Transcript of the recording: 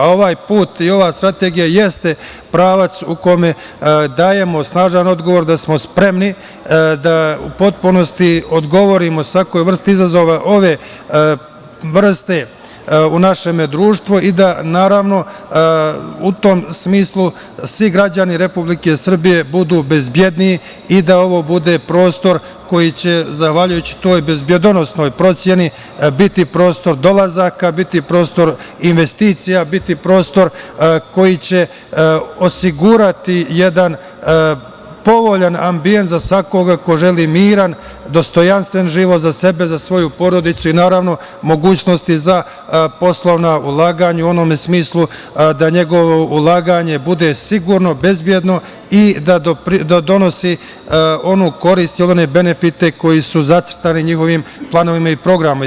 Ovaj put i ova strategija jeste pravac u kome dajemo snažan odgovor da smo spremni da u potpunosti odgovorimo svakoj vrsti izazova ove vrste u našem društvu, i da, naravno, u tom smislu, svi građani Republike Srbije budu bezbedniji i da ovo bude prostor koji će, zahvaljujući toj bezbedonosnoj proceni biti prostor dolazaka, biti prostor investicija, biti prostor koji će osigurati jedan povoljan ambijent za svakog ko želi miran, dostojanstven život za sebe, za svoju porodicu i naravno, mogućnosti za poslovna ulaganja u onome smislu da njegovo ulaganje bude sigurno, bezbedno i da donosi onu korist, one benefite koji su zacrtani njihovim planovima i programima.